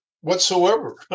whatsoever